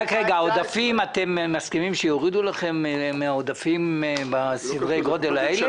אתם מסכימים שיורידו לכם מהעודפים בסדרי גודל האלה?